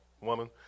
woman